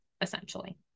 essentially